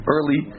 Early